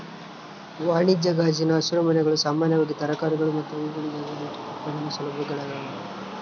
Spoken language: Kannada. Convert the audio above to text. ವಾಣಿಜ್ಯ ಗಾಜಿನ ಹಸಿರುಮನೆಗಳು ಸಾಮಾನ್ಯವಾಗಿ ತರಕಾರಿಗಳು ಮತ್ತು ಹೂವುಗಳಿಗಾಗಿ ಹೈಟೆಕ್ ಉತ್ಪಾದನಾ ಸೌಲಭ್ಯಗಳಾಗ್ಯವ